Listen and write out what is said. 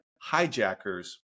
hijackers